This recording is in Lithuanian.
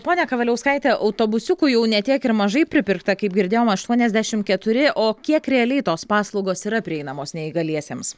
ponia kavaliauskaite autobusiukų jau ne tiek ir mažai pripirkta kaip girdėjom aštuoniasdešimt keturi o kiek realiai tos paslaugos yra prieinamos neįgaliesiems